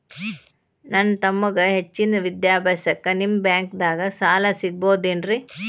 ನನ್ನ ತಮ್ಮಗ ಹೆಚ್ಚಿನ ವಿದ್ಯಾಭ್ಯಾಸಕ್ಕ ನಿಮ್ಮ ಬ್ಯಾಂಕ್ ದಾಗ ಸಾಲ ಸಿಗಬಹುದೇನ್ರಿ?